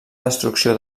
destrucció